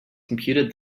computed